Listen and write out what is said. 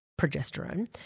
progesterone